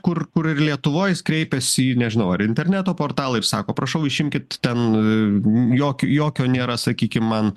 kur kur ir lietuvoj kreipiasi į nežinau ar interneto portalai taip sako prašau išimkit ten jok jokio nėra sakykim man